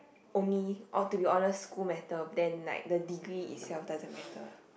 only or to be honest school matter then like the degree itself doesn't matter